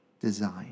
design